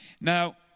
Now